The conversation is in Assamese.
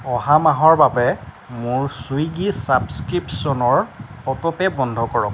অহা মাহৰ বাবে মোৰ চুইগি ছাবস্ক্ৰিপশ্য়নৰ অটোপে' বন্ধ কৰক